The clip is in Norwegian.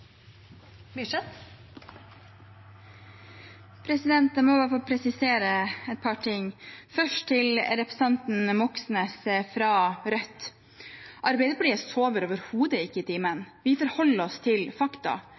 Jeg må få presisere et par ting – først til representanten Moxnes fra Rødt. Arbeiderpartiet sover overhodet ikke i timen. Vi forholder oss til fakta.